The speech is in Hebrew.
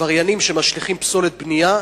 עבריינים שמשליכים פסולת בנייה נתפס.